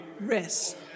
rest